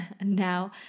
now